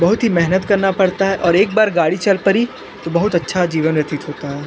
बहुत ही मेहनत करना पड़ता है एक बार गाड़ी चल पड़ी तो बहुत अच्छा जीवन व्यतीत होता है